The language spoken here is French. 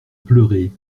pleurer